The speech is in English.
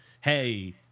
hey